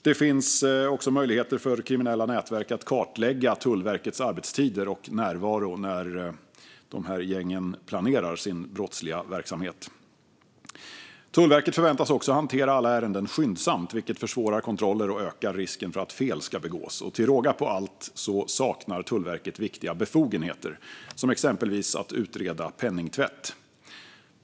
Det finns också möjligheter för kriminella nätverk, när de planerar sin brottsliga verksamhet, att kartlägga Tullverkets arbetstider och närvaro. Tullverket förväntas hantera alla ärenden skyndsamt, vilket försvårar kontroller och ökar risken för att fel ska begås. Till råga på allt saknar Tullverket viktiga befogenheter, som exempelvis att utreda penningtvätt.